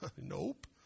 Nope